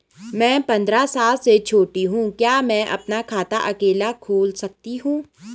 मैं पंद्रह साल से छोटी हूँ क्या मैं अपना खाता अकेला खोल सकती हूँ?